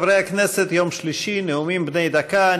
חברי הכנסת, יום שלישי, נאומים בני דקה.